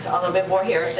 a little bit more here,